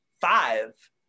five